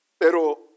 Pero